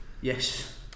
yes